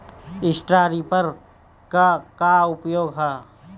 Straw reaper क का उपयोग ह?